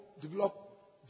develop